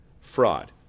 Fraud